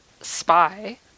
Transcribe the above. spy